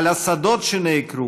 על השדות שנעקרו,